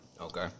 Okay